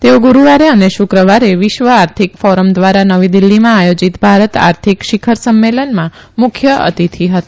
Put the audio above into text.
તેઓ ગુરૂવારે અને શુક્રવારે વિશ્વ આર્થિક ફોરમ દ્રારા નવી દિલ્હીમાં આયોજીત ભારત આર્થિક શિખર સંમેલનમાં મુખ્ય અતિથિ હતા